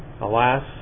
Alas